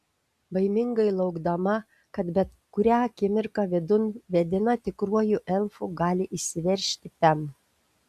baimingai laukdama kad bet kurią akimirką vidun vedina tikruoju elfu gali įsiveržti pem